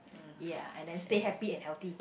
ya and then stay happy and healthy